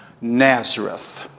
Nazareth